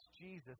Jesus